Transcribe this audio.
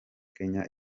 kenya